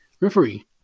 referee